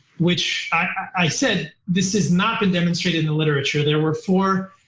which i said this has not been demonstrated in the literature. there were four,